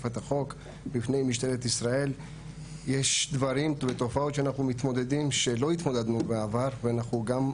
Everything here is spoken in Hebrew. בנוגע לנושא שעלה מצד הגברת לגבי תוכנת מעקב נקרא לזה,